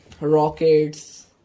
rockets